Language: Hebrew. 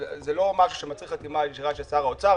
זה לא משהו שמצריך חתימה ישירה של שר האוצר.